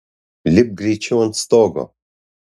lipk greičiau ant stogo